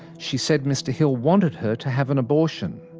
she said mr hill wanted her to have an abortion.